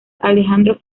alejandro